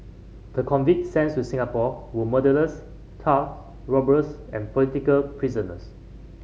the convicts sent to Singapore were murderers thugs robbers and political prisoners